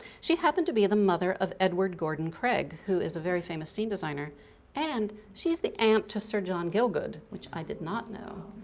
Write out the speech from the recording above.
she happened to be the mother of edward gordon craig who is a very famous scene designer and she's the aunt to sir john gielgud which i did not know.